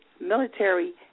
military